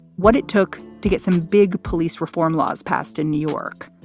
what it took to get some big police reform laws passed in new york.